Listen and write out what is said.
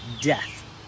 death